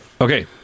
Okay